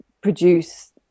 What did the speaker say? produce